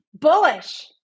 bullish